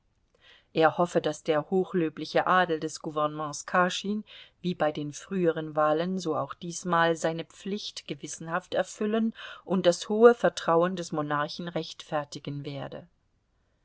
er hoffe daß der hochlöbliche adel des gouvernements kaschin wie bei den früheren wahlen so auch diesmal seine pflicht gewissenhaft erfüllen und das hohe vertrauen des monarchen rechtfertigen werde